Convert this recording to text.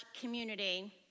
community